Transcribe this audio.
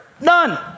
None